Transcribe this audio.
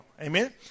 Amen